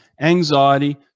anxiety